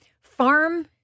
farm